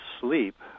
sleep